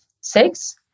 six